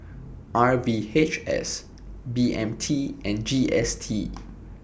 R V H S B M T and G S T